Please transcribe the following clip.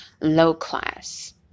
low-class